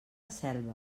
selva